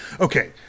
okay